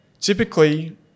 Typically